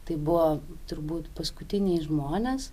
tai buvo turbūt paskutiniai žmonės